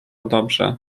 dobrze